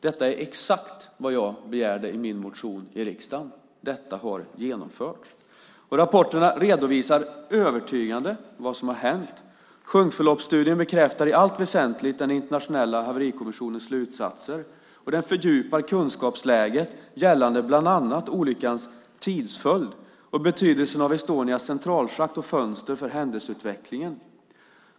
Detta är exakt vad jag begärde i min motion i riksdagen. Detta har genomförts. Rapporterna redovisar övertygande vad som har hänt. Sjunkförloppsstudien bekräftar i allt väsentligt den internationella haverikommissionens slutsatser. Den fördjupar kunskapsläget gällande bland annat olyckans tidsföljd och betydelsen av Estonias centralschakt och fönster för händelseutvecklingen.